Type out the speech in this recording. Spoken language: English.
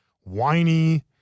whiny